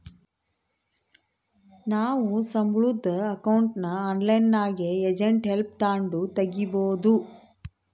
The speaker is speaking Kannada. ನಾವು ಸಂಬುಳುದ್ ಅಕೌಂಟ್ನ ಆನ್ಲೈನ್ನಾಗೆ ಏಜೆಂಟ್ ಹೆಲ್ಪ್ ತಾಂಡು ತಗೀಬೋದು